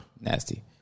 Nasty